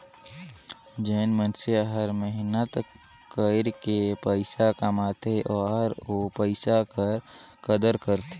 जेन मइनसे हर मेहनत कइर के पइसा कमाथे ओहर ओ पइसा कर कदर करथे